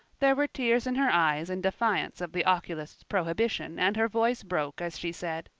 there were tears in her eyes in defiance of the oculist's prohibition and her voice broke as she said